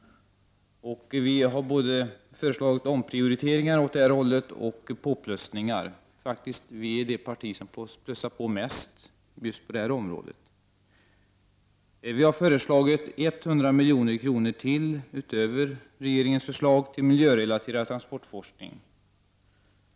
Vi har föreslagit både omprioriteringar för att få mer miljörelaterad transportforskning och påplussningar. Miljöpartiet är faktiskt det parti som plussar på mest på detta område. Vi har föreslagit 100 milj.kr. utöver regeringens förslag till just miljörelaterad transportforskning.